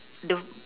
the